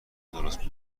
درست